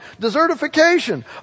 desertification